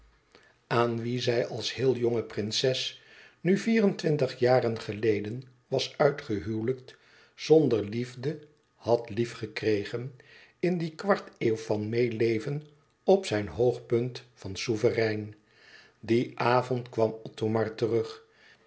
aan wien zij als heel jonge prinses nu vier-en-twintig jaren geleden was uitgehuwelijkt zonder liefde had lief gekregen in die kwart-eeuw van meêleven op zijn hoog punt van souverein dien avond kwam othomar terug